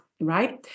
right